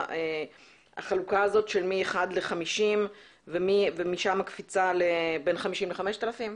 לחלוקה של 1 50 ומשם קפיצה בין 51 5,000?